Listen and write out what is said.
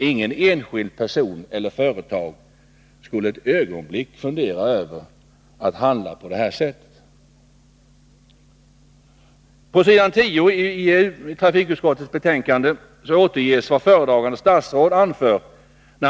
Ingen enskild person och inget företag skulle för ett ögonblick ägna en tanke åt ett sådant agerande. På s. 10 i trafikutskottets betänkande återges vad föredragande statsrådet anför.